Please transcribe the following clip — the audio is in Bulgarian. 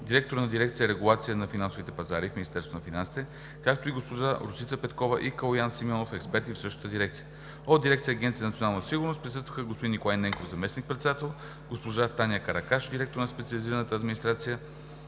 директор на дирекция „Регулация на финансовите пазари“ в Министерството на финансите, както и госпожа Росица Петкова и господин Калоян Симеонов, експерти в същата дирекция. От Държавната агенция „Национална сигурност“ присъстваха господин Николай Ненков – заместник-председател, госпожа Таня Каракаш – директор на Специализирана административна